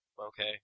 Okay